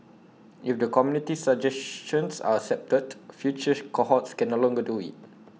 if the committee's suggestions are accepted future cohorts can no longer do IT